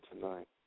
tonight